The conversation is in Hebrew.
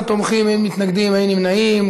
12 תומכים, אין מתנגדים, אין נמנעים.